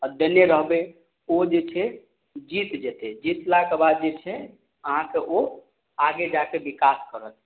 आओर देने रहबय ओ जे छै जीत जेतय जीतलाके बाद जे छै अहाँके ओ आगे जाके विकास करत